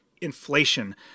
inflation